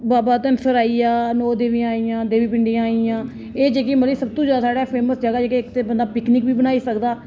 बाबा धनसर आई गेआ नौ देवियां आई गेइयां देवी पिंडी आई गेइयां एह् जेह्की मती साढ़ी सब तू जादा फेमस जगह जित्थें बंदा इक ते पिकनिक बी बनाई सकदा